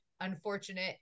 unfortunate